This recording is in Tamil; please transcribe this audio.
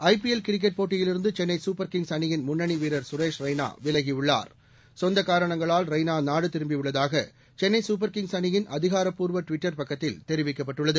ஐபிஎல் கிரிக்கெட் போட்டியிலிருந்து சென்னை சூப்பர் கிங்ஸ் அணியின் முன்னணி வீரர் சுரேஷ் ரெய்னா விலகியுள்ளார் சொந்த காரணங்களால் ரெய்னா நாடு திரும்பியுள்ளதாக சென்னை சூப்பர் கிங்ஸ் அணியின் அதிகாரப்பூர்வ ட்விட்டர் பக்கத்தில் தெரிவிக்கப்பட்டுள்ளது